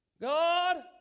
God